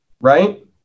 right